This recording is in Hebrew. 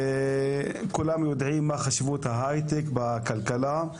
כולם יודעים מה חשיבות ההייטק בכלכלה.